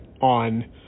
on